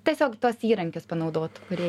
tiesiog tuos įrankius panaudot kurie